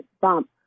bump